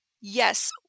yes